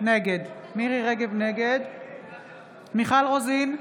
נגד מיכל רוזין,